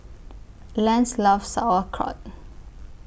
Lance loves Sauerkraut